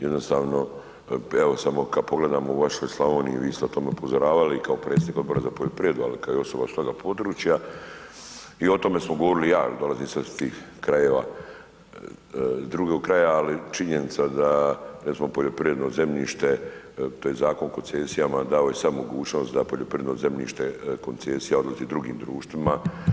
Jednostavno, evo samo kad pogledamo u vašoj Slavoniji, vi ste o tome upozoravali i kao predsjednik Odbora za poljoprivredu ali i kao osoba sa toga područja i o tome smo govorili, ja dolazim sa tih krajeva, s drugog kraja ali činjenica da recimo poljoprivredno zemljište, tj. Zakon o koncesijama dao je sad mogućnost da poljoprivredno zemljište, koncesija odlazi drugim društvima.